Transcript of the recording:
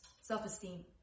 self-esteem